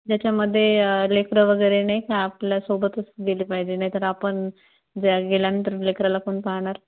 ज्याच्यामध्ये लेकरं वगैरे नाही का आपल्या सोबतच गेले पाहिजे नाही तर आपण गेल्यानंतर लेकराला कोण पाहणार